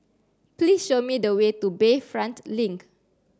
please show me the way to Bayfront Link